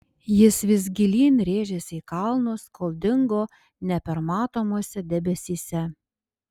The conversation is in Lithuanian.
jis vis gilyn rėžėsi į kalnus kol dingo nepermatomuose debesyse